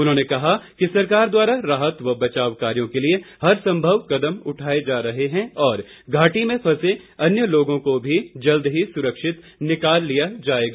उन्होंने कहा कि सरकार द्वारा राहत व बचाव कार्यो के लिए हरसंभव कदम उठाए जा रहे हैं और घाटी में फंसे अन्य लोगों को भी जल्द ही सुरक्षित निकाल लिया जाएगा